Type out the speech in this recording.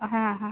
हा हा